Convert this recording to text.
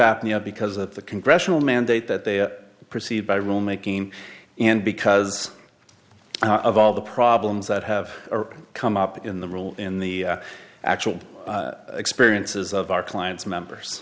apnea because of the congressional mandate that they proceed by rule making and because of all the problems that have come up in the rule in the actual experiences of our clients members